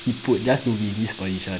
he put just to be in this position